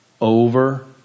Over